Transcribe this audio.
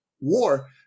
war